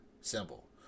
symbol